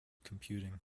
computing